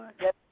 Yes